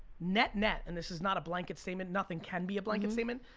net, net, and this is not a blanket statement, nothing can be a blanket statement,